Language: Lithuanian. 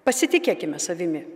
pasitikėkime savimi